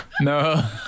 No